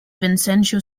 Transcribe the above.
vincenzo